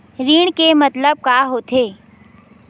ऋण के मतलब का होथे?